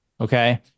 Okay